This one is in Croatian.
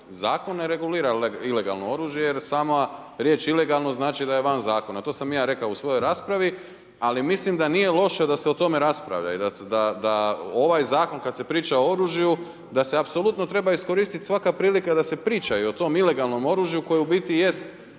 zakon ne regulira ilegalno oružje jer sama riječ ilegalno znači da je van zakona. A to sam i ja rekao u svojoj raspravi. Ali mislim da nije loše da se o tome raspravlja i da ovaj zakon kada se priča o oružju da se apsolutno treba iskoristiti svaka prilika da se priča i o tom ilegalnom oružju koje u biti jest najveći